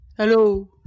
Hello